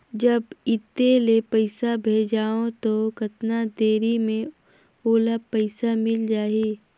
जब इत्ते ले पइसा भेजवं तो कतना देरी मे ओला पइसा मिल जाही?